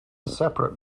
separate